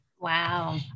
Wow